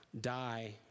die